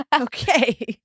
Okay